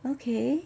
okay